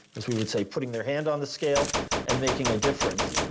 as we would say, putting their hand on the scale and making a difference.